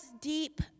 deep